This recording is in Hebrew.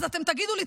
אז אתם תגידו לי,